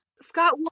Scott